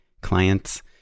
clients